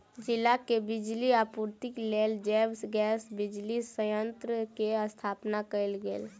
जिला के बिजली आपूर्तिक लेल जैव गैस बिजली संयंत्र के स्थापना कयल गेल